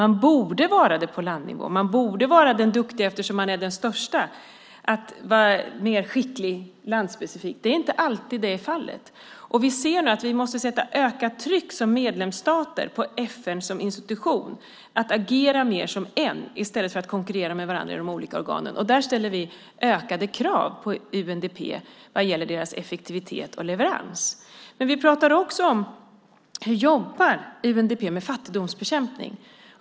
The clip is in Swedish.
Man borde vara det på landnivå. Man borde vara den duktiga, eftersom man är den största, och mer landspecifik. Det är inte alltid fallet. Vi ser nu att vi måste sätta ett ökat tryck som medlemsstater på FN som institution att agera mer som en i stället för att konkurrera med varandra i de olika organen. Där ställer vi ökade krav på UNDP vad gäller deras effektivitet och leverans. Vi pratar också om hur UNDP jobbar med fattigdomsbekämpning.